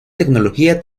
tecnología